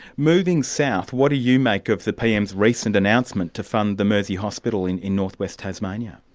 moving south, what do you make of the pm's recent announcement to fund the mersey hospital in in north-west tasmania?